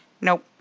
Nope